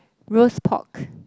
roast pork